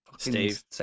Steve